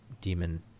demon